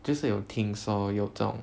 就是有听说有这种